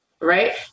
Right